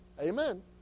Amen